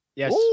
Yes